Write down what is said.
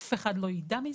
אף אחד לא ידע מזה,